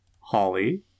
Holly